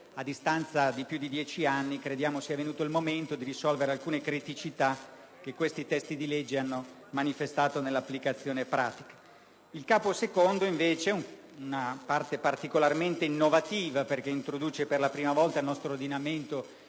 A distanza di oltre dieci anni, crediamo sia giunto il momento di risolvere alcune criticità che queste leggi hanno manifestato nell'applicazione pratica. Il Capo II, invece, è particolarmente innovativo perché introduce, per la prima volta nel nostro ordinamento,